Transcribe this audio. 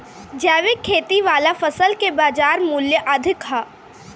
जैविक खेती वाला फसल के बाजार मूल्य अधिक होला